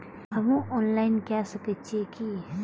हमू loan online के सके छीये की?